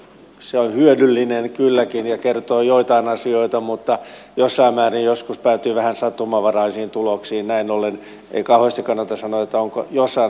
se on hyödyllinen kylläkin ja kertoo joitain asioita mutta jossain määrin joskus päätyy vähän sattumanvaraisiin tuloksiin näin ollen vikaa se kannata sanoa että onko jossain